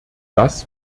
das